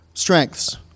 Strengths